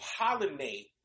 pollinate